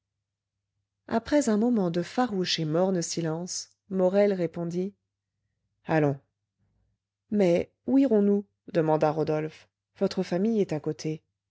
après un moment de farouche et morne silence morel répondit allons mais où irons-nous demanda rodolphe votre famille est à côté